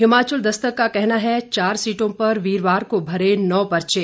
हिमाचल दस्तक का कहना है चार सीटों पर वीरवार को भरे नौ परचे